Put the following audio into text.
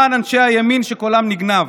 למען אנשי הימין שקולם נגנב?